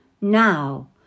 Now